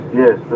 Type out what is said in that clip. yes